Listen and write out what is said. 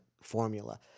formula